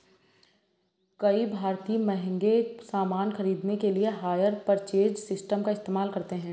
कई भारतीय महंगे सामान खरीदने के लिए हायर परचेज सिस्टम का इस्तेमाल करते हैं